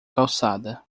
calçada